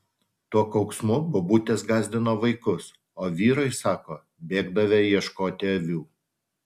tuo kauksmu bobutės gąsdino vaikus o vyrai sako bėgdavę ieškoti avių